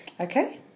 Okay